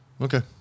okay